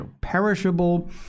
perishable